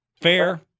Fair